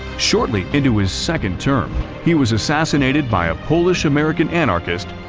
shortly into his second term he was assassinated by a polish-american anarchist,